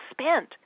spent